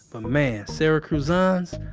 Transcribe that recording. but, man, sara kruzan's,